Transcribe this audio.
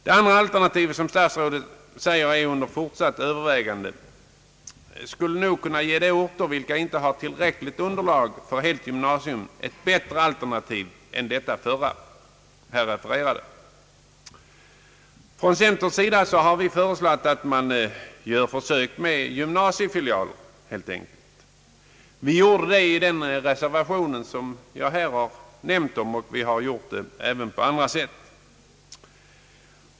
Det andra alternativet, som enligt statsrådet är föremål för övervägande, skulle nog vara bättre än det förra här refererade alternativet för de orter, vilka inte har tillräckligt stort elevunderlag för ett helt gymnasium. Centerpartiet har föreslagit att försök skall göras att införa gymnasiefilialer. Vi har föreslagit inrättandet av sådana filialer i den reservation som jag har omnämnt här, och vi har även framfört förslaget på andra sätt.